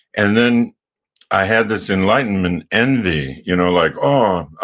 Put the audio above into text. and then i had this enlightenment envy, you know like, oh,